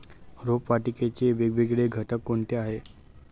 रोपवाटिकेचे वेगवेगळे घटक कोणते आहेत?